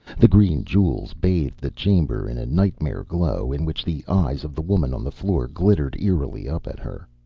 the green jewels bathed the chamber in a nightmare glow, in which the eyes of the woman on the floor glittered eerily up at her.